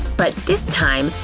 but this time,